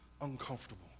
uncomfortable